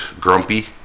Grumpy